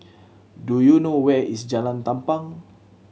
do you know where is Jalan Tampang